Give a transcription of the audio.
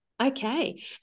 Okay